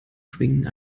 schwingen